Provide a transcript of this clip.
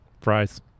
fries